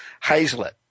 Hazlett